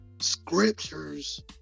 scriptures